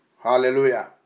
Hallelujah